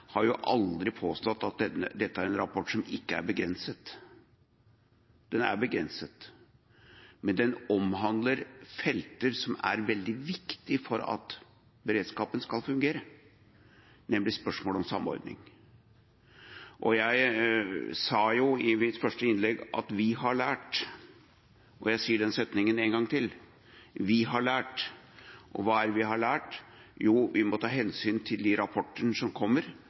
sa jo i mitt første innlegg at vi har lært, og jeg sier den setningen én gang til: Vi har lært. Og hva er det vi har lært? Jo, at vi må ta hensyn til de rapportene som kommer,